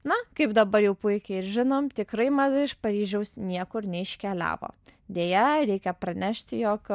na kaip dabar jau puikiai ir žinom tikrai mada iš paryžiaus niekur neiškeliavo deja reikia pranešti jog